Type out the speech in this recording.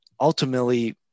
ultimately